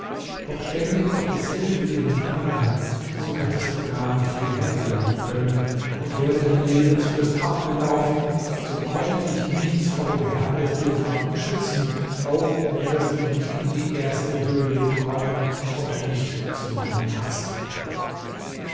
doch stände gottes hilfe dir nicht nahe so hättest du gar nicht hierher gelangen können und wäre deine lebensfrist abgelaufen so konnte dich nichts vor dem herrn des elefanten schützen auch wärest du nicht in die erste höhle gekommen und nicht zu meinem meister